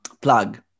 plug